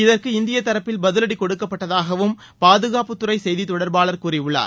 இதற்கு இந்திய தரப்பில் பதிவடி கொடுக்கப்பட்டதாகவும் பாதுகாப்புத்துறை செய்தி தொடர்பாளர் கூறியுள்ளார்